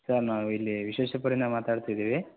sir ನಾವು ಇಲ್ಲಿ ವಿಶ್ವೇಶ್ವರ್ಪುರಯಿಂದ ಮಾತಾಡ್ತಿದ್ದೀವಿ